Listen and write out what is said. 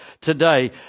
today